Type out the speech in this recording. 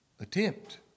attempt